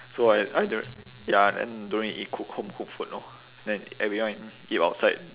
so I I don't rea~ ya then don't really eat cook home cooked food orh then everyone eat outside